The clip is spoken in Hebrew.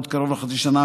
בעוד קרוב לחצי שנה,